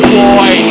boy